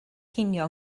cinio